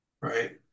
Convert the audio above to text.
right